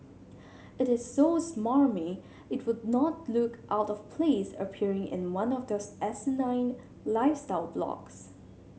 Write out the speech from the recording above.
it is so smarmy it would not look out of place appearing in one of those asinine lifestyle blogs